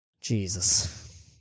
Jesus